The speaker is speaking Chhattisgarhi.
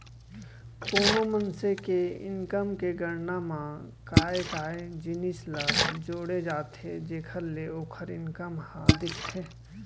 कोनो मनसे के इनकम के गणना म काय काय जिनिस ल जोड़े जाथे जेखर ले ओखर इनकम ह दिखथे?